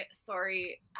sorry